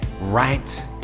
right